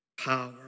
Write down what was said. power